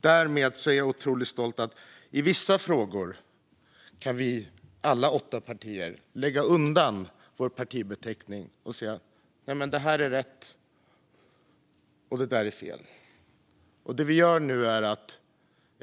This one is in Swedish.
Därför är jag otroligt stolt över att vi alla åtta partier i vissa frågor kan lägga undan vår partibeteckning och säga: Det här är rätt, och det där är fel.